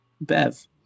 Bev